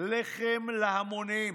לחם להמונים.